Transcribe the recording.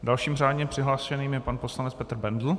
Dalším řádně přihlášeným je pan poslanec Petr Bendl.